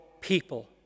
people